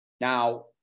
Now